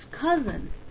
cousin